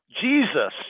Jesus